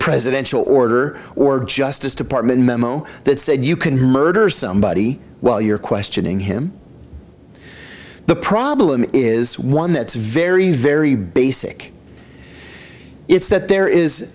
presidential order or justice department memo that said you can murder somebody well you're questioning him the problem is one that's very very basic it's that there is